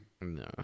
No